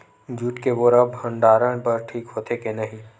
Jute के बोरा भंडारण बर ठीक होथे के नहीं?